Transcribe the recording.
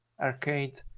Arcade